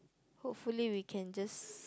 hopefully we can just